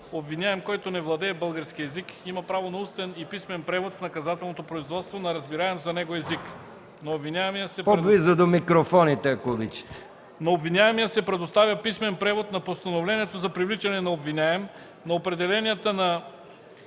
Обвиняем, който не владее български език, има право на устен и писмен превод в наказателното производство на разбираем за него език. На обвиняемия се предоставя писмен превод на постановлението за привличане на обвиняем, на определенията на